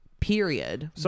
period